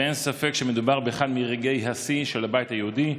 ואין ספק שמדובר באחד מרגעי השיא של הבית היהודי.